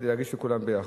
להגיש לכולם ביחד.